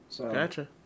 Gotcha